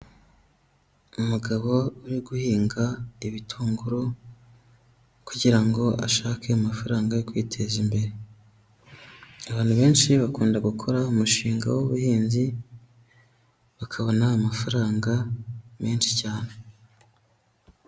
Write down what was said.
Umugabo uri guhinga ibitunguru kugira ngo ashake amafaranga yo kwiteza imbere. Abantu benshi bakunda gukora umushinga w'ubuhinzi, bakabona amafaranga menshi cyane.